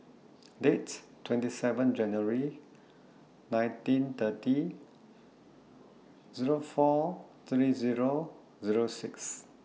Dates twenty seven January nineteen thirty Zero four thirty Zero Zero six